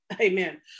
amen